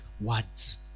words